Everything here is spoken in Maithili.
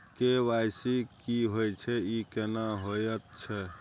के.वाई.सी की होय छै, ई केना होयत छै?